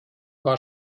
war